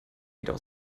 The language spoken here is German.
wieder